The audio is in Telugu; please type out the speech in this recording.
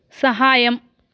సహాయం